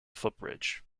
footbridge